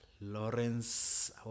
Lawrence